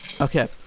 Okay